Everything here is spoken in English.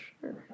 sure